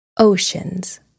Oceans